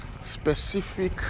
specific